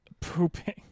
pooping